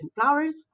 flowers